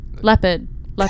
Leopard